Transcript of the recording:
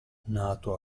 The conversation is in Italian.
nato